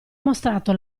mostrato